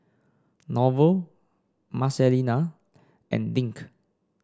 Norval Marcelina and Dink